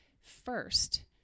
first